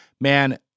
man